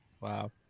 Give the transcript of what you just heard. Wow